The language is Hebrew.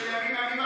של ימים ימימה,